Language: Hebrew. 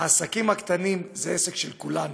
שהעסקים הקטנים הם עסק של כולנו.